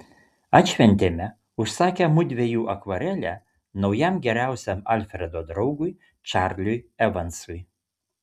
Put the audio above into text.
atšventėme užsakę mudviejų akvarelę naujam geriausiam alfredo draugui čarliui evansui